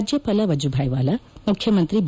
ರಾಜ್ಞಪಾಲ ವಜುಭಾಯಿ ವಾಲಾ ಮುಖ್ಯಮಂತ್ರಿ ಬಿ